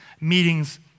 meetings